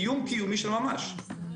איום קיומי של ממש.